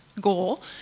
goal